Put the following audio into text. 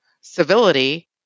civility